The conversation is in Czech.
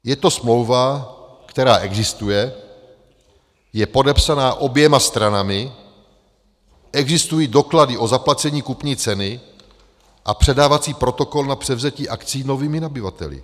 Je to smlouva, která existuje, je podepsaná oběma stranami, existují doklady o zaplacení kupní ceny a předávací protokol na převzetí akcií novými nabyvateli.